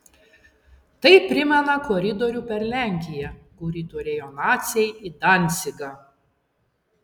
tai primena koridorių per lenkiją kurį turėjo naciai į dancigą